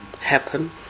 happen